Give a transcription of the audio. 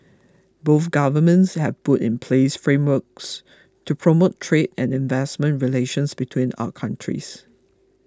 both governments have put in place frameworks to promote trade and investment relations between our countries